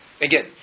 Again